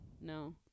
No